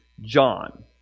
John